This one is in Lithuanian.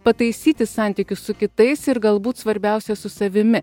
pataisyti santykius su kitais ir galbūt svarbiausia su savimi